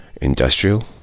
industrial